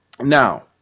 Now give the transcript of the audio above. Now